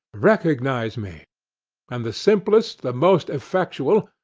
recognize me and the simplest, the most effectual,